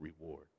reward